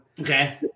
Okay